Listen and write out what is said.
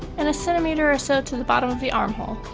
and a centimeter or so to the bottom of the arm hole.